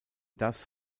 das